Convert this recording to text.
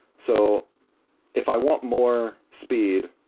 so if i want more speed,